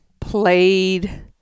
played